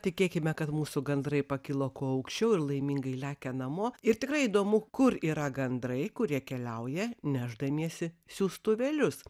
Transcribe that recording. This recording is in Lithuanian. tikėkime kad mūsų gandrai pakilo kuo aukščiau ir laimingai lekia namo ir tikrai įdomu kur yra gandrai kurie keliauja nešdamiesi siųstuvėlius